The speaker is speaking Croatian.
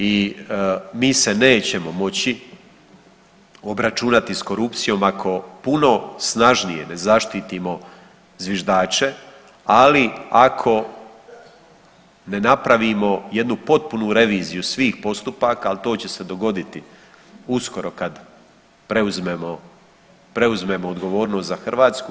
I mi se nećemo moći obračunati s korupcijom ako puno snažnije ne zaštitimo zviždače, ali ako ne napravimo jednu potpunu reviziju svih postupaka, ali to će se dogoditi uskoro kad preuzmemo odgovornost za Hrvatsku.